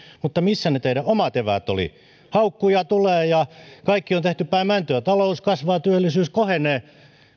mutta missä ne teidän omat eväänne olivat haukkuja tulee ja kaikki on tehty päin mäntyä mutta talous kasvaa työllisyys kohenee